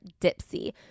dipsy